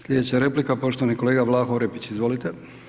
Sljedeća replika, poštovani kolega Vlago Orepić, izvolite.